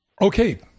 Okay